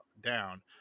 down